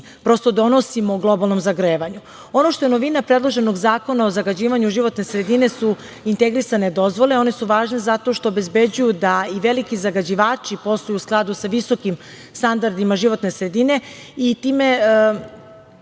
prosto donosimo globalnom zagrevanju. Ono što je novina predloženog Zakona o zagađivanju životne sredine su integrisane dozvole. One su važne zato što obezbeđuju da i veliki zagađivači posluju u skladu sa visokim standardima životne sredine i time